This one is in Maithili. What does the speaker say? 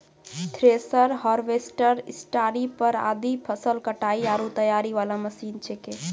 थ्रेसर, हार्वेस्टर, स्टारीपर आदि फसल कटाई आरो तैयारी वाला मशीन छेकै